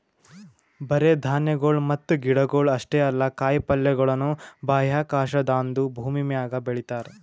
ಬರೇ ಧಾನ್ಯಗೊಳ್ ಮತ್ತ ಗಿಡಗೊಳ್ ಅಷ್ಟೇ ಅಲ್ಲಾ ಕಾಯಿ ಪಲ್ಯಗೊಳನು ಬಾಹ್ಯಾಕಾಶದಾಂದು ಭೂಮಿಮ್ಯಾಗ ಬೆಳಿತಾರ್